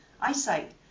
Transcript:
Eyesight